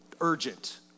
urgent